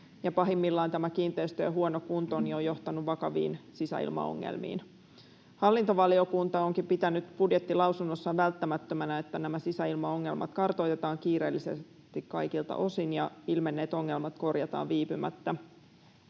Pahimmillaan tämä kiinteistöjen huono kunto on jo johtanut vakaviin sisäilmaongelmiin. Hallintovaliokunta onkin pitänyt budjettilausunnossaan välttämättömänä, että nämä sisäilmaongelmat kartoitetaan kiireellisesti kaikilta osin ja ilmenneet ongelmat korjataan viipymättä.